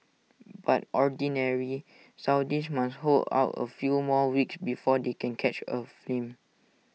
but Ordinary Saudis must hold out A few more which before they can catch A film